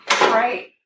Right